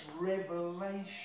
Revelation